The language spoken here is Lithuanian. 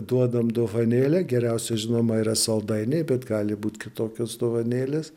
duodam dovanėlę geriausia žinoma yra saldainiai bet gali būt kitokios dovanėlės